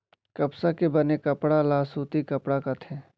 कपसा के बने कपड़ा ल सूती कपड़ा कथें